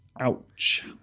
Ouch